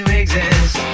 exist